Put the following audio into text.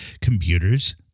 computers